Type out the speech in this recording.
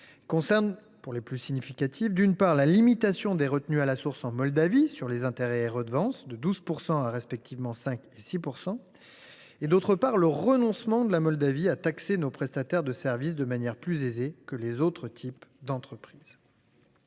concernent pour les plus significatives, d’une part, la limitation des retenues à la source en Moldavie sur les intérêts et redevances de 12 % à, respectivement, 5 % et 6 %, et, d’autre part, le renoncement de la Moldavie à taxer nos prestataires de services de manière plus aisée que les autres types d’entreprises.